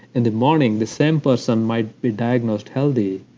and the morning, the same person might be diagnosed healthy,